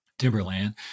Timberland